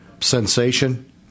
sensation